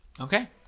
Okay